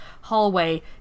hallway